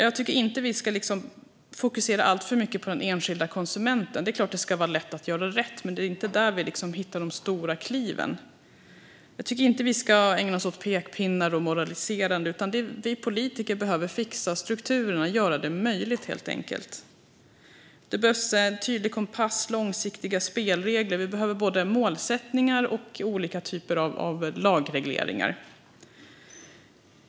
Jag tycker inte att vi ska fokusera alltför mycket på den enskilda konsumenten. Det är klart att det ska vara lätt att göra rätt. Men det är inte där som vi hittar de stora kliven. Vi ska inte ägna oss åt pekpinnar och moraliserande. Vi politiker behöver fixa strukturerna och helt enkelt göra det möjligt. Det behövs en tydlig kompass och långsiktiga spelregler. Vi behöver både målsättningar och olika typer av lagregleringar.